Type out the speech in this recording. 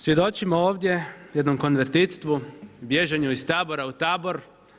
Svjedočimo ovdje jednom konvertitstvu, bježanju iz tabora u tabor.